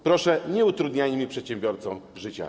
Proszę, nie utrudniajmy przedsiębiorcom życia.